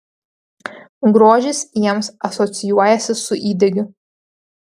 grožis jiems asocijuojasi su įdegiu